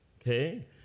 okay